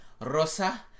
Rosa